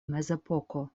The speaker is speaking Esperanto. mezepoko